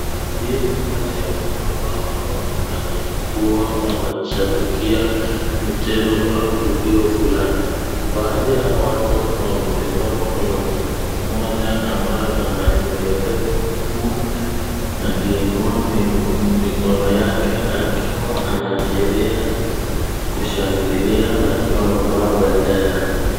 Hii ni umati wa watu ambao inaonekana kuwa wanashabikia mchezo au tukio Fulani, Baadhi ya Hawa watu wamesimama Kuna Mmoja ambaye Ako na nywele refu na akiinua mikono yake akiwa anaashiria kushangikia na akiwa amevaa pendera.